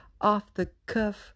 off-the-cuff